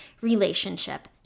relationship